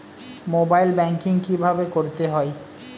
Mobile banking কীভাবে করতে হয়?